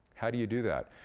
how do you do that?